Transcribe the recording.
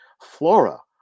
flora